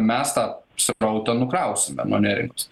mes tą srautą nukrausime nuo neringos